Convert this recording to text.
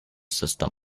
system